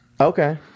Okay